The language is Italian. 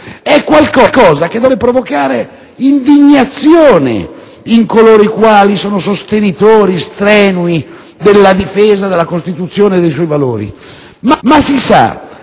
È qualcosa che dovrebbe provocare indignazione in coloro i quali sono sostenitori strenui della difesa della Costituzione e dei suoi valori. Ma si sa,